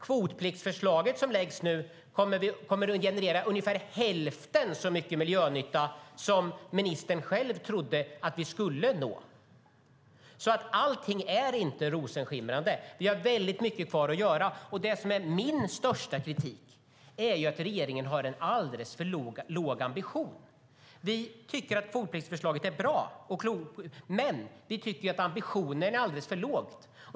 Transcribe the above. Kvotpliktsförslaget, som nu läggs fram, kommer att generera ungefär hälften så mycket miljönytta som ministern själv trodde att vi skulle nå, så allting är inte rosenskimrande. Vi har mycket kvar att göra. Min största kritik är att regeringen har en alldeles för låg ambition. Vi tycker att kvotpliktsförslaget är klokt och bra, men vi tycker att ambitionen är alltför låg.